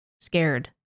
scared